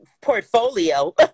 portfolio